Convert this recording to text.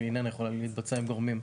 היא איננה יכולה להתבצע עם גורמים.